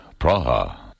Praha